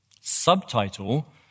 Subtitle